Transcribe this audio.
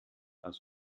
aus